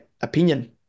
opinion